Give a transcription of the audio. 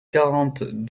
quarante